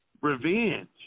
revenge